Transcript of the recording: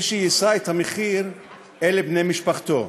מי שיישא את המחיר אלה בני משפחתו.